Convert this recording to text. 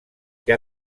que